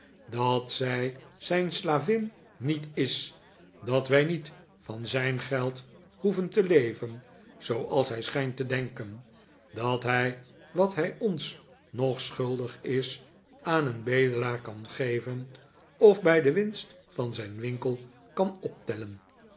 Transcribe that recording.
dat zij zijn slavin niet is dat wij niet van zijn geld hoeven te leven zooals hij schijnt te denken dat hij wat hij ons nog schuldig is aan een bedelaar kan geven of bij de winst van zijn winkel kan optellen